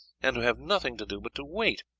and to have nothing to do but to wait.